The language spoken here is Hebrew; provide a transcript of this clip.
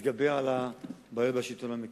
להתגבר על הבעיות בשלטון המקומי.